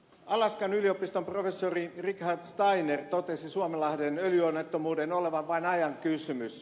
alaskan yliopiston professori richard steiner totesi suomenlahden öljyonnettomuuden olevan vain ajan kysymys